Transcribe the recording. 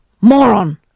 moron